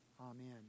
Amen